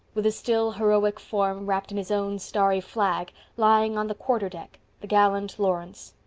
with a still, heroic form, wrapped in his own starry flag, lying on the quarter deck the gallant lawrence.